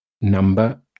number